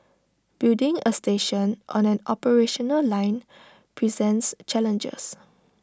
building A station on an operational line presents challenges